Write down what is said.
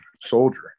soldier